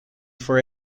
for